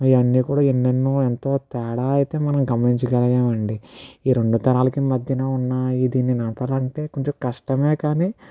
ఇవన్నీ కూడా ఎన్నెన్నో ఎంతో తేడా అయితే మనం గమనించగలిగాం అండి ఈ రెండు తరాలకి మధ్యన ఉన్న ఈ దీన్ని ఆపాలంటే కొంచెం కష్టం కానీ